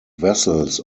vessels